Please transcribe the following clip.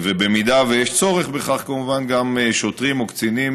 ואם יש צורך בכך כמובן גם שוטרים או קצינים